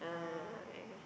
ah